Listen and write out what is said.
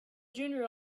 junior